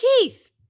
Keith